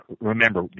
Remember